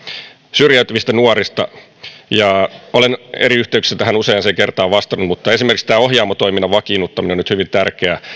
syrjäytyvistä nuorista olen eri yhteyksissä tähän useaan kertaan vastannut mutta esimerkiksi ohjaamo toiminnan vakiinnuttaminen on nyt hyvin tärkeä